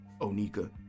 Onika